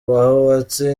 hubatse